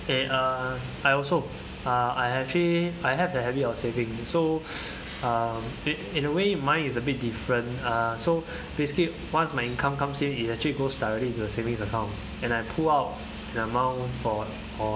and uh I also uh I actually I have the habit of saving so um in in a way mine is a bit different uh so basically once my income comes in it actually goes directly into the savings account and I pull out the amount for for